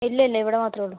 ഇല്ലില്ല ഇവിടെ മാത്രേയുള്ളൂ